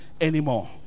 anymore